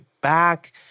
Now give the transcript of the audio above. back